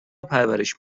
پرورش